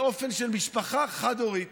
באופן של משפחה חד-הורית.